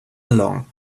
along